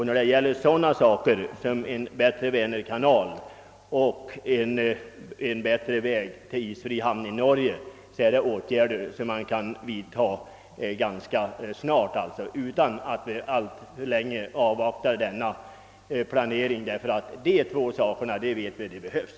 När det gäller frågor som en bättre vänerkanal och en bättre väg till isfri hamn i Norge är det åtgärder som man kan vidta ganska snart utan att alltför länge avvakta denna planering. Dessa två saker vet vi verkligen behövs.